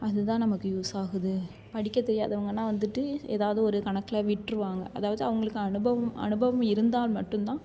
அது தான் நமக்கு யூஸ் ஆகுது படிக்க தெரியாதவங்கன்னா வந்துட்டு ஏதாவது ஒரு கணக்கில் விட்டுருவாங்க அதாவது அவங்களுக்கு அனுபவம் அனுபவம் இருந்தால் மட்டும் தான்